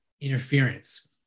interference